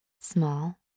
small